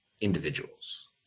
individuals